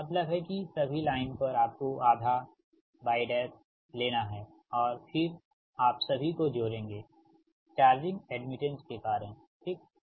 मेरा मतलब है कि सभी लाइन पर आपको आधा Y डैश लेना है और फिर आप सभी को जोड़ेंगेचार्जिंग एड्मिटेंस के कारण ठीक